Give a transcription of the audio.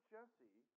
Jesse